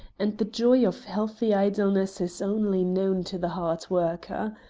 and the joy of healthy idleness is only known to the hard worker.